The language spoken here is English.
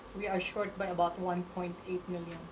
we are short by about one point eight million